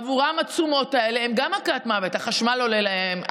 בעבורם התשומות האלה הן גם מכת מוות: החשמל עולה להם,